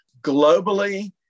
Globally